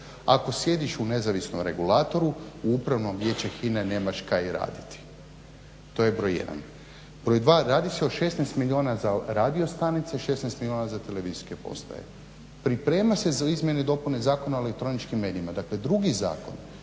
Ako sjediš u nezavisnom regulatoru u Upravnom vijeću HINA-e nemaš kaj raditi. To je broj jedan. Broj dva, radi se o 16 milijuna za radiostanice, 16 milijuna za televizijske postaje. Pripremaju se izmjene i dopune Zakona o elektroničkim medijima, dakle drugi zakon